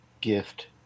gift